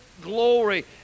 glory